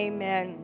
Amen